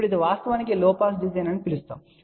ఇప్పుడు ఇది వాస్తవానికి లో పాస్ డిజైన్ అని పిలుస్తారు